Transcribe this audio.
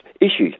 issues